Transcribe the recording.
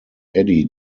eddie